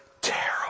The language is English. terrible